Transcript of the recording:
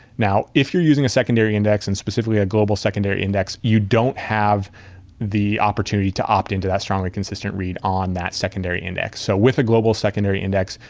now, if you're using a secondary index and specifically a global secondary index, you don't have the opportunity to opt into that strongly consistent read on that secondary index. so with a global secondary index,